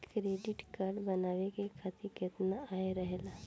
Credit card बनवाए के खातिर केतना आय रहेला?